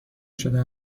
شده